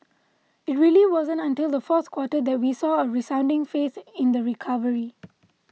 it really wasn't until the fourth quarter that we saw a resounding faith in the recovery